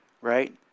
right